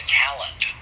talent